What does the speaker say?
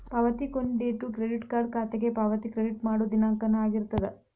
ಪಾವತಿ ಕೊನಿ date credit card ಖಾತೆಗೆ ಪಾವತಿ ಕ್ರೆಡಿಟ್ ಮಾಡೋ ದಿನಾಂಕನ ಆಗಿರ್ತದ